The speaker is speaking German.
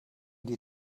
die